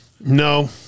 No